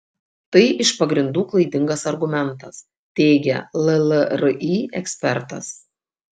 tai iš pagrindų klaidingas argumentas teigia llri ekspertas